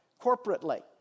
corporately